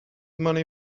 money